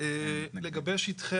לגבי שטחי